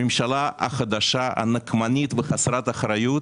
הממשלה החדשה, הנקמנית וחסרת אחריות,